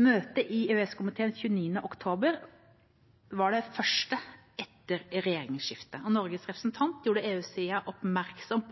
Møtet i EØS-komiteen 29. oktober var det første etter regjeringsskiftet. Norges representant gjorde EU-siden oppmerksom